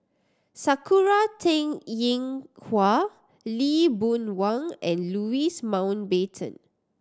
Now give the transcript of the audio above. Sakura Teng Ying Hua Lee Boon Wang and Louis Mountbatten